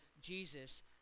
Jesus